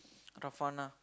Rafanah